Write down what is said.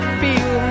feel